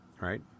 right